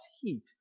heat